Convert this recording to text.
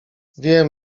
wiem